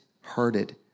hearted